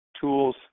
tools